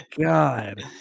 god